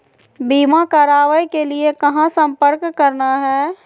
बीमा करावे के लिए कहा संपर्क करना है?